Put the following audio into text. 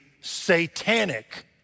satanic